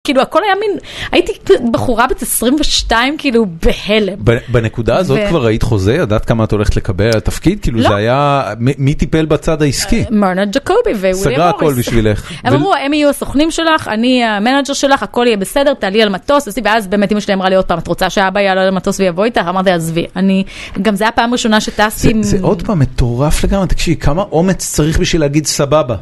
כאילו הכל היה מין, הייתי בחורה בת 22 כאילו בהלם. בנקודה הזאת כבר היית חוזה, ידעת כמה את הולכת לקבל את התפקיד? כאילו זה היה, מי טיפל בצד העסקי? מרנד ג'קובי ויוליה פורס. סגרה הכל בשבילך. הם אמרו, הם יהיו הסוכנים שלך, אני המנאג'ר שלך, הכל יהיה בסדר, תעלי על מטוס, ואז באמת אימא שלי אמרה לי עוד פעם, את רוצה שאבא יעלה על מטוס ויבוא איתך? אמרתי, עזבי, אני, גם זה הפעם הראשונה שטסתי. זה עוד פעם מטורף לגמרי, תקשיבי כמה אומץ צריך בשביל להגיד סבבה.